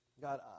God